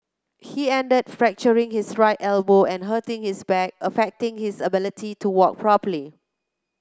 he ended fracturing his right elbow and hurting his back affecting his ability to walk properly